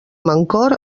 mancor